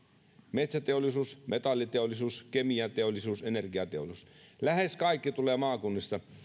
metsäteollisuus metalliteollisuus kemianteollisuus energiateollisuus lähes kaikki tulee